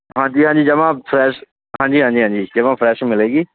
ਹਾਂਜੀ ਹਾਂਜੀ ਜਮਾਂ ਫਰੈਸ਼ ਹਾਂਜੀ ਹਾਂਜੀ ਹਾਂਜੀ ਜਮਾਂ ਫਰੈਸ਼ ਮਿਲੇਗੀ